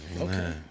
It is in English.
Okay